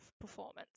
performance